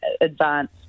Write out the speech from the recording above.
advance